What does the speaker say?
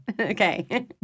Okay